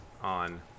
on